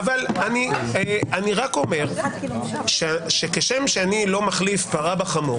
אני רק אומר שכשם שאני לא מחליף פרה בחמור,